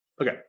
okay